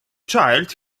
child